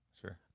Sure